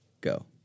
Go